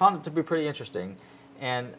found to be pretty interesting and